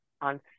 on